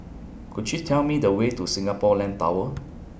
Could YOU Tell Me The Way to Singapore Land Tower